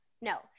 no